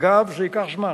אגב, זה ייקח זמן,